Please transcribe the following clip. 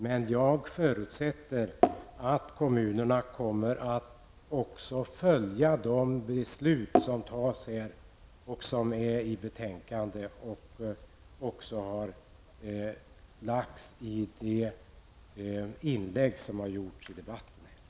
Men jag förutsätter att kommunerna också kommer att följa de förslag som har ställts i betänkandet och i inlägg här i debatten och som riksdagen fattar beslut om.